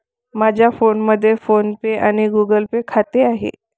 माझ्या फोनमध्ये PhonePe आणि गुगल पे खाते आहे